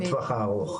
בטווח הארוך.